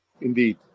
Indeed